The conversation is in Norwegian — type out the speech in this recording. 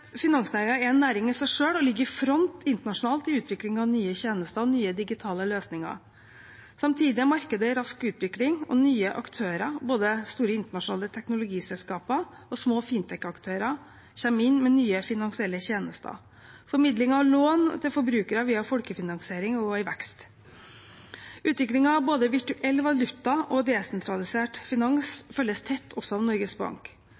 er en næring i seg selv og ligger i front internasjonalt i utviklingen av nye tjenester og nye digitale løsninger. Samtidig er markedet i rask utvikling, og nye aktører, både store internasjonale teknologiselskaper og små fintech-aktører, kommer inn med nye finansielle tjenester. Formidling av lån til forbrukerne via folkefinansiering er også i vekst. Utviklingen av både virtuell valuta og desentralisert finans følges tett, også av Norges Bank.